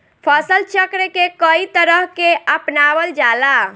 फसल चक्र के कयी तरह के अपनावल जाला?